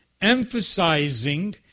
emphasizing